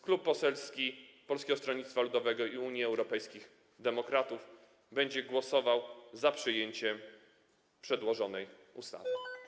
Klub Poselski Polskiego Stronnictwa Ludowego - Unii Europejskich Demokratów będzie głosował za przyjęciem przedłożonej ustawy.